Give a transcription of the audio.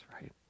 right